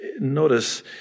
notice